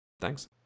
Thanks